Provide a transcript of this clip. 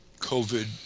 COVID